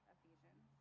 Ephesians